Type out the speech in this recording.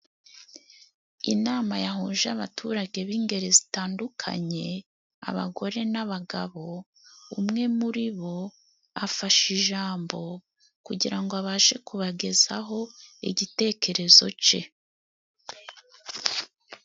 Inama yahuje abaturage b'ingeri zitandukanye, abagore n'abagabo umwe muribo afashe ijambo, kugira abashe kubageza ho igitekerezo ce.